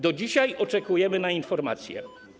Do dzisiaj oczekujemy na informację.